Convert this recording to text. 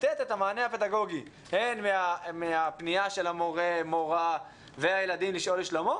לתת את המענה הפדגוגי הן מהפניה של המורה והילדים לשאול לשלומו,